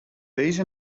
these